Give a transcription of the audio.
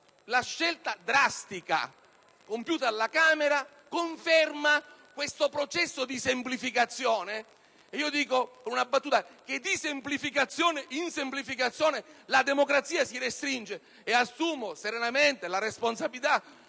La scelta drastica compiuta alla Camera conferma questo processo di semplificazione. Dico una battuta: di semplificazione in semplificazione, la democrazia si restringe ed assumo serenamente la responsabilità